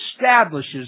establishes